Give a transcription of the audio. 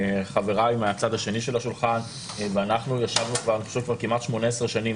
חבריי מהצד השני של השולחן ואנחנו ישבנו כבר כמעט 18 שנים